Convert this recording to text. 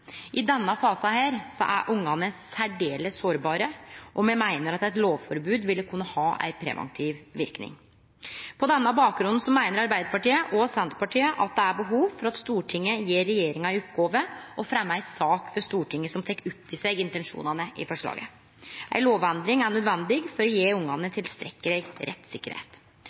I denne fasen er ungane særdeles sårbare, og me meiner at eit lovforbod ville kunne ha ein preventiv verknad. På denne bakgrunnen meiner Arbeidarpartiet og Senterpartiet at det er behov for at Stortinget gjev regjeringa i oppgåve å fremje ei sak for Stortinget som tek opp i seg intensjonane i forslaget. Ei lovendring er nødvendig for å gje ungane tilstrekkeleg rettssikkerheit.